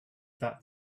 that